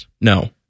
No